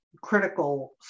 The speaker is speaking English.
critical